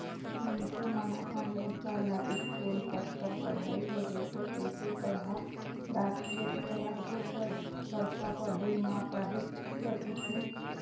मइनसे मन अपन लइका ल इस्कूल तक कर पढ़ई ल जइसे तइसे पड़हा डारथे फेर आघु कर बड़का पड़हई म काहेच दिक्कत होथे